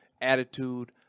attitude